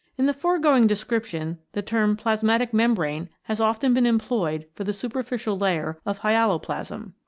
in the foregoing description the term plasmatic membrane has often been employed for the super ficial layer of hyaloplasm.